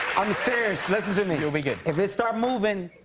i'm serious. listen to me. you'll be good. if it start moving,